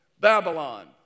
Babylon